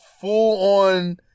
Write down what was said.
full-on